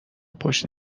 پشت